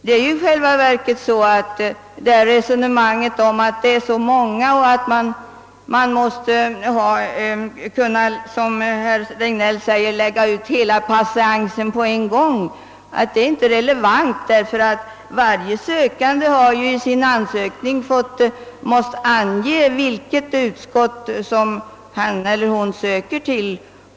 Detta resonemang om att saken rör så många tjänstemän och att man — som herr Regnéll säger — måste kunna lägga ut hela patiensen på en gång är i själva verket inte relevant. Var och en har ju i sin ansökan måst ange vilket utskott som han eller hon söker till.